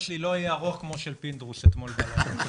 מר פינדרוס, אתה מוכן היום?